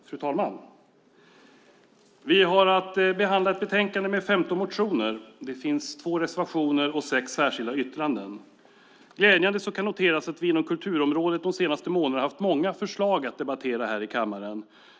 Fru talman! Vi har att behandla ett betänkande med 15 motioner. Det finns två reservationer och sex särskilda yttranden. Glädjande kan noteras att vi inom kulturområdet de senaste månaderna har haft många förslag att debattera här i kammaren.